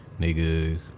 nigga